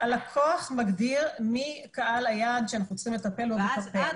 הלקוח מגדיר מי קהל היעד שאנחנו צריכים לטפל בו בקמפיין.